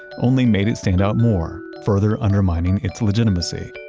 only made it stand out more, further undermining its legitimacy.